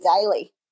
daily